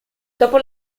dopo